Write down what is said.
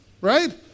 right